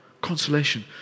Consolation